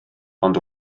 ond